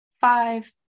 five